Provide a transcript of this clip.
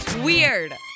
weird